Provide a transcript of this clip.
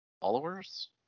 Followers